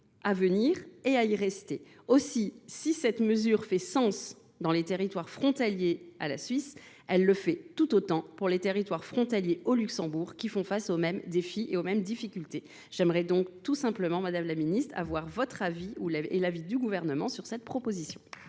loger et à rester. Si cette mesure fait sens dans les territoires frontaliers à la Suisse, elle le fait tout autant pour les territoires frontaliers au Luxembourg, qui font face aux mêmes défis et aux mêmes difficultés. Par conséquent, madame la secrétaire d’État, je souhaite avoir l’avis du Gouvernement sur cette proposition.